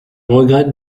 regrette